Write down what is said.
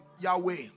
Yahweh